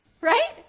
right